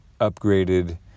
upgraded